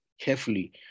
carefully